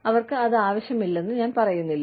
അവർക്ക് അത് ആവശ്യമില്ലെന്ന് ഞാൻ പറയുന്നില്ല